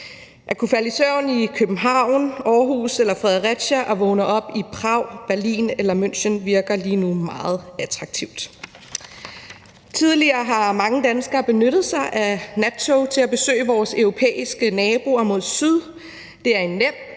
At kunne falde i søvn i København, Aarhus eller Fredericia og vågne op i Prag, Berlin eller München virker lige nu meget attraktivt. Tidligere har mange danskere benyttet sig af nattog til at besøge vores europæiske naboer mod syd. Det er en nem,